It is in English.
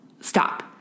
stop